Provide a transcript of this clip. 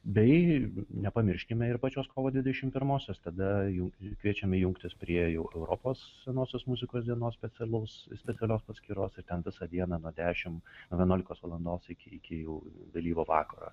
bei nepamirškime ir pačios kovo dvidešimt pirmosios tada jau kviečiame jungtis prie jau europos senosios muzikos dienos specialaus specialios paskyros ir ten visą dieną nuo dešimt nuo vienuoliktos valandos iki iki jau vėlyvo vakaro